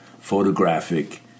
photographic